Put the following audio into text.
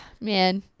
man